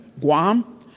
Guam